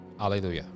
alleluia